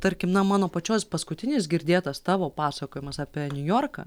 tarkim na mano pačios paskutinis girdėtas tavo pasakojimas apie niujorką